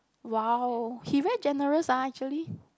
!wow! he very generous ah actually